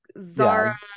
Zara